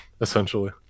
essentially